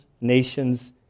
nations